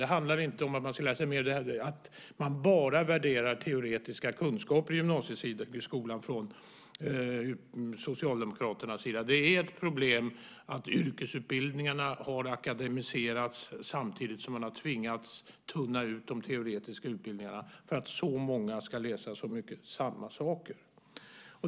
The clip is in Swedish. Det handlar inte om att man ska läsa mer utan om att man bara värderar teoretiska kunskaper i gymnasieskolan från Socialdemokraternas sida. Det är ett problem att yrkesutbildningarna har akademiserats samtidigt som man har tvingats tunna ut de teoretiska utbildningarna för att så många i så stor utsträckning ska läsa samma saker.